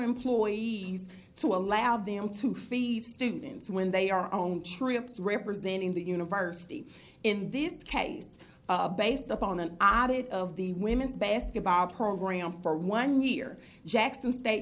employees to allow them to feed students when they are own trips representing the university in this case based upon an od it of the women's basketball program for one year jackson state